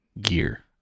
gear